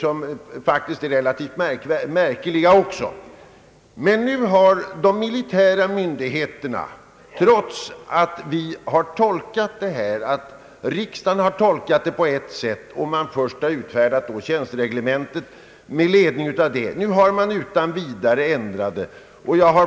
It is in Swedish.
Nu har emellertid de militära myndigheterna, trots att riksdagen har tolkat denna fråga på ett sätt och trots att tjänstereglementet har utformats med ledning av riksdagens beslut, utan vidare ändrat föreskrifterna.